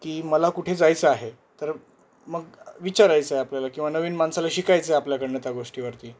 की मला कुठे जायचं आहे तर मग विचारायचं आहे आपल्याला किंवा नवीन माणसाला शिकायचं आहे आपल्याकडून त्या गोष्टीवरती